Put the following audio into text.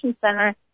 center